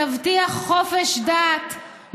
תבטיח חופש דת,